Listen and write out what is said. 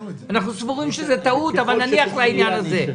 אנחנו סבורים שזאת טעות, אבל נניח לעניין הזה.